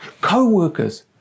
co-workers